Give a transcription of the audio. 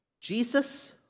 Jesus